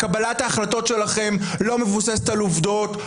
קבלת ההחלטות שלכם לא מבוססת על עובדות,